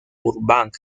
burbank